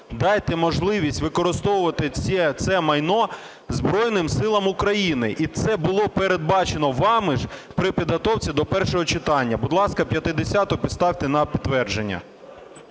дайте можливість використовувати це майно Збройним Силам України. І це було передбачено вами ж при підготовці до першого читання. Будь ласка, 50-у поставте на підтвердження.